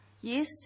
Yes